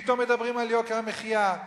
פתאום מדברים על יוקר המחיה,